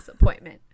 appointment